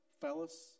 Fellas